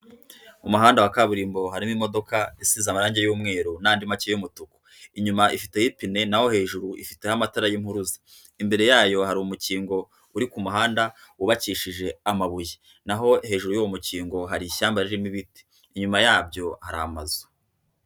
Umuhanda wa kaburimbo harimo imodoka isize amarangi y'umweru n'andi make y'umutuku. Inyuma ifite y'ipine na ho hejuru ifiteho amatara y'impuruza. Imbere yayo hari umukingo uri ku muhanda wubakishije amabuye. Na ho hejuru y'uwo mukingo hari ishyamba ririmo ibiti. Inyuma yabyo hari amazu.